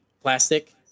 plastic